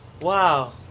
Wow